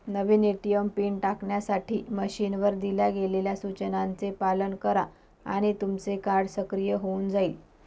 नवीन ATM PIN टाकण्यासाठी मशीनवर दिल्या गेलेल्या सूचनांचे पालन करा आणि तुमचं कार्ड सक्रिय होऊन जाईल